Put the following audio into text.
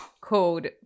called